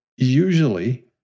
Usually